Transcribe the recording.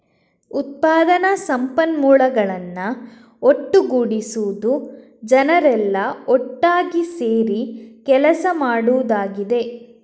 ಉತ್ಪಾದನಾ ಸಂಪನ್ಮೂಲಗಳನ್ನ ಒಟ್ಟುಗೂಡಿಸುದು ಜನರೆಲ್ಲಾ ಒಟ್ಟಾಗಿ ಸೇರಿ ಕೆಲಸ ಮಾಡುದಾಗಿದೆ